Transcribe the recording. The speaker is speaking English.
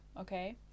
Okay